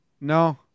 no